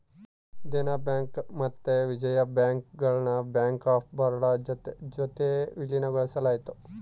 Dena bank ಮತ್ತೆ Vijaya bank ಗುಳ್ನ bank of Baroda ಜೊತಿಗೆ ವಿಲೀನಗೊಳಿಸಲಾಯಿತು